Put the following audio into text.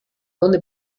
dónde